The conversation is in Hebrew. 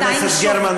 חברת הכנסת גרמן,